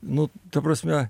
nu ta prasme